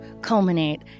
culminate